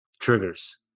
triggers